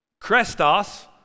Krestos